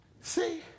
See